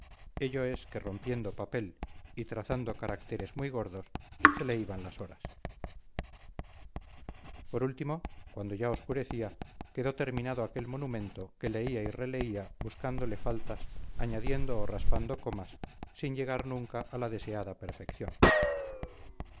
ello es que rompiendo papel y trazando caracteres muy gordos se le iban las horas por último cuando ya obscurecía quedó terminado aquel monumento que leía y releía buscándole faltas añadiendo o raspando comas sin llegar nunca a la deseada perfección